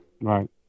Right